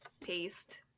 paste